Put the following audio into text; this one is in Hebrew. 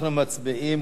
אנחנו מצביעים.